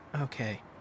Okay